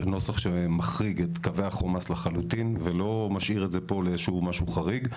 נוסח שמחריג את קווי החומ״ס לחלוטין ולא משאיר את זה לאיזה משהו חריג.